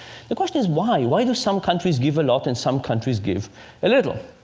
the question is, why? why do some countries give a lot and some countries give a little?